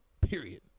Period